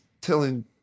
telling